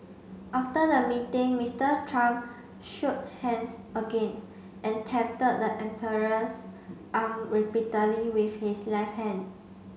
after the meeting Mister Trump shook hands again and the emperor's arm repeatedly with his left hand